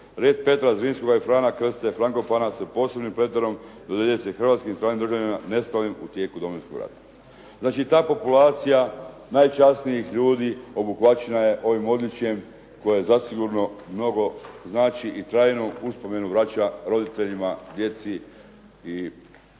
"Red Petra Zrinskog i Frana Krste Frankopana" sa posebnim pleterom dodjeljuje se hrvatskim i stranim državljanima nestalim u tijeku Domovinskog rata. Znači, ta populacija najčasnijih ljudi obuhvaćena je ovim odličjem koje zasigurno mnogo znači i trajnu uspomenu vraća roditeljima, djeci i